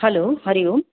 hello Hari Om